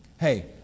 Hey